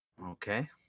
Okay